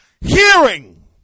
hearing